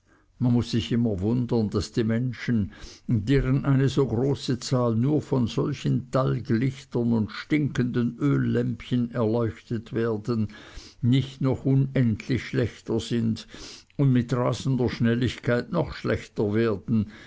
man muß sich immer wundern daß die menschen deren eine so große zahl nur von solchen talglichtern und stinkenden öllämpchen erleuchtet werden nicht noch unendlich schlechter sind und mit rasender schnelligkeit noch schlechter werden